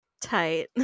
Tight